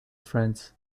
friends